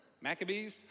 Maccabees